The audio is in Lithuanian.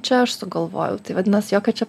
čia aš sugalvojau tai vadinasi jokio čia